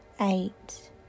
eight